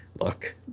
look